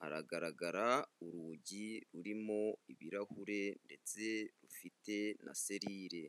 haragaragara urugi rurimo ibirahure ndetse rufite na serire.